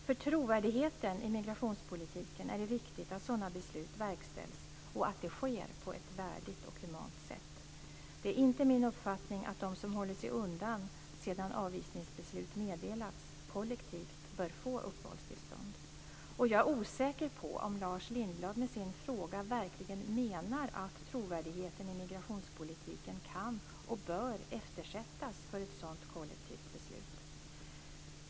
För trovärdigheten i migrationspolitiken är det viktigt att sådana beslut verkställs och att det sker på ett värdigt och humant sätt. Det är inte min uppfattning att de som håller sig undan sedan avvisningsbeslut meddelats kollektivt bör få uppehållstillstånd. Jag är osäker på om Lars Lindblad med sin fråga verkligen menar att trovärdigheten i migrationspolitiken kan och bör eftersättas för ett sådant kollektivt beslut.